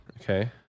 Okay